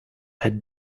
had